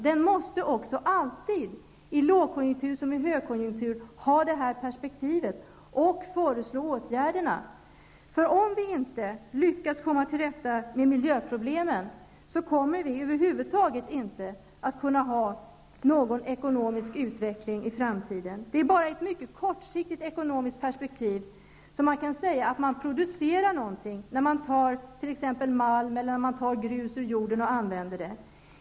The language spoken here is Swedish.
Den måste alltid -- i lågkonjunktur och högkonjunktur -- ha det här perspektivet och föreslå åtgärderna. Om vi inte lyckas komma till rätta med miljöproblemen, kommer vi över huvud taget inte att kunna ha någon ekonomisk utveckling i framtiden. Det är bara i ett mycket kortsiktigt ekonomiskt perspektiv som man kan säga att man producerar någonting när man t.ex. tar malm och grus ur jorden och använder det.